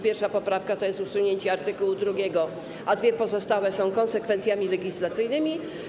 Pierwsza poprawka to jest usunięcie art. 2, a dwie pozostałe są konsekwencjami legislacyjnymi.